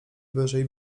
wyżej